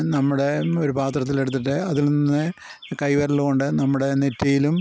നമ്മുടെ ഒരു പാത്രത്തിലെടുത്തിട്ട് അതിൽ നിന്ന് കൈ വിരലുകൊണ്ട് നമ്മുടെ നെറ്റിയിലും